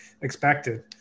expected